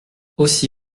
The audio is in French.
aussi